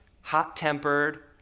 hot-tempered